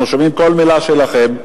אנחנו שומעים כל מלה שלכם.